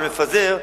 אבל מפזר,